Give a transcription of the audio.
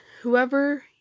whoever